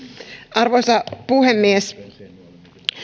arvoisa puhemies